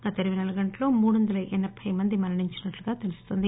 గత ఇరపై నాలుగు గంటల్లో మూడు వందల ఎనబై మంది మరణించినట్లు తెలుస్తోంది